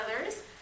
others